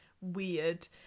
weird